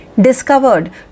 discovered